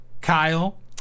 Kyle